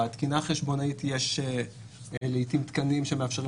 בתקינה החשבונאית יש לעתים תקנים שמאפשרים